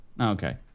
Okay